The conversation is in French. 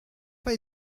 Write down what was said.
pas